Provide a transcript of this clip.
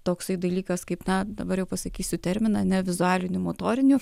toksai dalykas kaip na dabar jau pasakysiu terminą nevizualinių motorinių